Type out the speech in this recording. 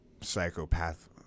psychopath